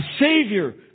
Savior